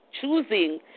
choosing